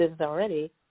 already